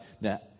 Now